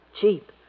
cheap